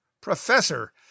professor